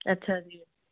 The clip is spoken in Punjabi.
ਅੱਛਾ ਜੀ